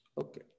Okay